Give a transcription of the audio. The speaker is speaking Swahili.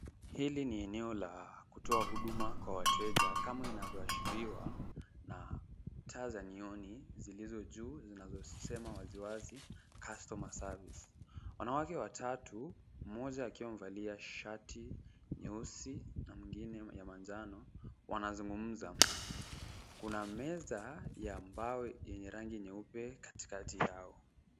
Hili ni eneo la kutoa huduma kwa wateja kama inavyoashiriwa taa za nioni zilizo juu zinazosema wazi wazi Customer service . Wanawake watatu , mmoja akiwa amevalia shati jeusi na mwingine ya manjano wanazungumza. Kuna meza ya mbao yenye rangi nyeupe katikati yao.